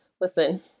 listen